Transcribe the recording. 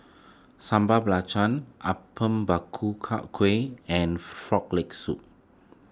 Sambal Belacan Apom and Frog Leg Soup